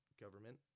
government